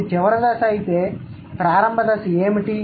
ఇది చివరి దశ అయితే ప్రారంభ దశ ఏమిటి